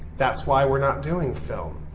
that's why we're not doing film.